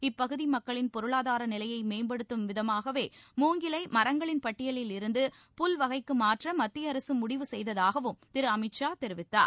இப்பகுதி மக்களின் பொருளாதார நிலையை மேம்படுத்தும் விதமாகவே மூங்கிலை மரங்களின் பட்டியலில் இருந்து புல்வகைக்கு மாற்ற மத்திய அரசு முடிவு செய்ததாகவும் திரு அமித் ஷா தெரிவித்தார்